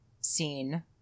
scene